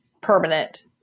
permanent